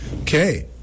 Okay